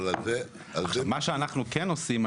מה שאנחנו כן עושים,